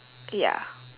ya